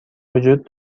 وجود